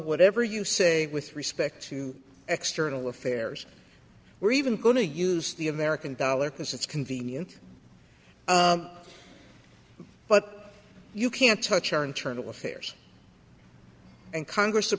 whatever you say with respect to external affairs we're even going to use the american dollar because it's convenient but you can't touch our internal affairs and congress